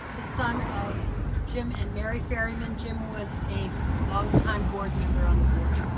the son of jim and mary ferryman. jim was a long time board member on the board.